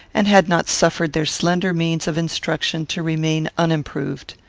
and had not suffered their slender means of instruction to remain unimproved.